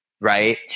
right